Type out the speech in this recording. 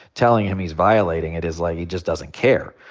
telling him he's violating it is like he just doesn't care.